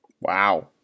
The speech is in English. Wow